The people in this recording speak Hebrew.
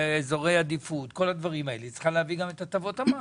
אזורי עדיפות, כך היא צריכה להביא את הטבות המס.